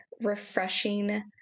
refreshing